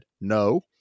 no